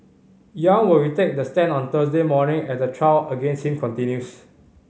Yang will retake the stand on Thursday morning as the trial against him continues